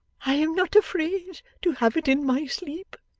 i am not afraid to have it in my sleep,